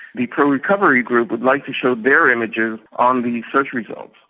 the pro-recovery group would like to show their images on the search results.